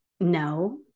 no